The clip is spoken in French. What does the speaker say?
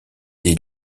des